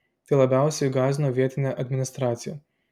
tai labiausiai gąsdino vietinę administraciją